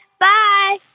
bye